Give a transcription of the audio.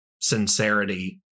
sincerity